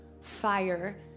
fire